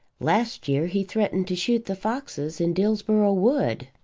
last year he threatened to shoot the foxes in dillsborough wood.